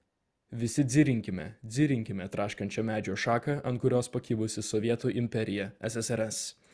visi dzirinkime dzirinkime traškančią medžio šaką ant kurios pakibusi sovietų imperija ssrs